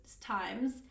times